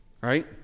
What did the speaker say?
right